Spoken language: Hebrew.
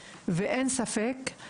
ואני אשמח לעזור לך בוועדה ככל